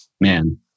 man